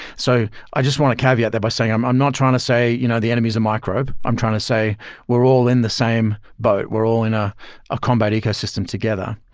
so i just want to caveat that by saying, i'm i'm not trying to say you know the enemies is microbe, i'm trying to say we're all in the same boat, we're all in a ah combat ecosystem together.